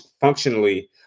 functionally